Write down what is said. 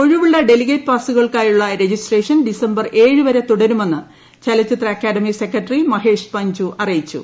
ഒഴിവുള്ള ഡെലിഗേറ്റ് പാസ്സുകൾക്കായുള്ള registration December ഏഴ് വരെ തുടരുമെന്ന് ചലച്ചിത്ര അക്കാദമി സെക്രട്ടറി മഹേഷ് പഞ്ചു അറിയിച്ചു